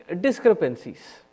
discrepancies